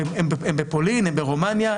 הם בפולין, הם ברומניה.